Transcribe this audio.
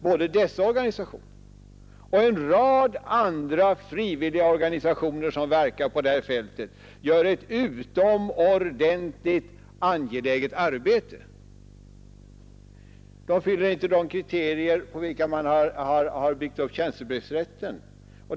Både dessa organisationer liksom en rad andra frivilliga organisationer som verkar på detta fält gör ett utomordentligt angeläget arbete. Men de fyller inte de Nr 51 kriterier, som gäller för tjänstebrevsrätten.